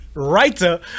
writer